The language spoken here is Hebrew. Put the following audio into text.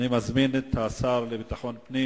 אני מזמין את השר לביטחון פנים